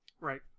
right